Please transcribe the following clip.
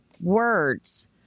words